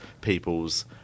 people's